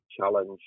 challenge